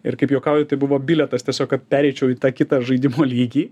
ir kaip juokauju tai buvo bilietas tiesiog kad pereičiau į tą kitą žaidimo lygį